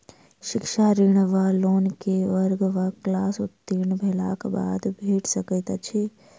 शिक्षा ऋण वा लोन केँ वर्ग वा क्लास उत्तीर्ण भेलाक बाद भेट सकैत छी?